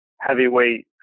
heavyweight